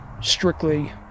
strictly